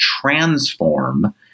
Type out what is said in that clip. transform